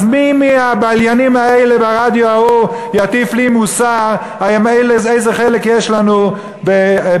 אז מי מהבליינים האלה ברדיו ההוא יטיף לי מוסר איזה חלק יש לנו בתש"ח?